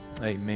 Amen